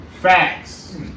Facts